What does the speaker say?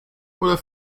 oder